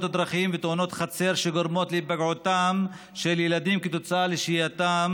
דרכים ותאונות חצר שגורמות להיפגעותם של ילדים כתוצאה משהייתם